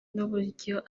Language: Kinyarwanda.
n’uburyo